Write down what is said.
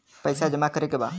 पैसा जमा करे के बा?